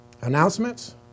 announcements